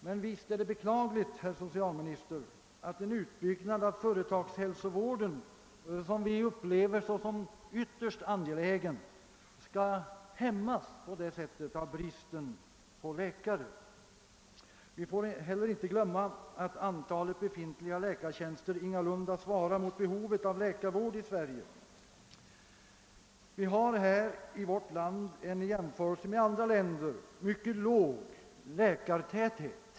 Men visst är det beklagligt, herr socialminister, att en utbyggnad av den företagshälsovård, som vi upplever som ytterst angelägen, på detta sätt skall hämmas av bristen på läkare. Vi får inte heller glömma att antalet befintliga läkartjänster ingalunda svarar mot behovet av läkarvård i Sverige. Vi har här i vårt land en i jämförelse med andra länder mycket låg läkartäthet.